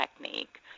technique